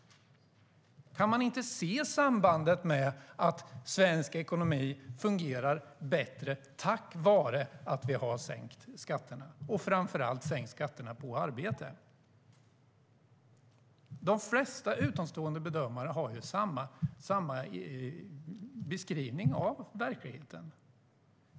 Kan man inte se sambandet med att svensk ekonomi fungerar bättre tack vare att vi har sänkt skatterna och framför allt sänkt skatterna på arbete? De flesta utomstående bedömare gör samma beskrivning av verkligheten.